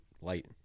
light